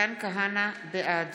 בעד